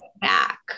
back